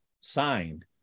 signed